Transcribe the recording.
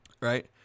right